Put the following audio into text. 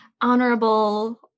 Honorable